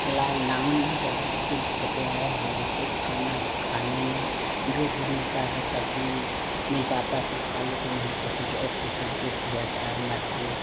lockdown में बहुत सी दिक्कतें आई है हम लोगों को खाना खाने में जो भी मिलता हैं सभी मिल पाता तो खा लेते नहीं तो ऐसी तरीके से आचर मिर्च